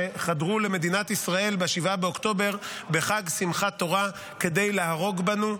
שחדרו למדינת ישראל ב-7 באוקטובר בחג שמחת תורה כדי להרוג בנו.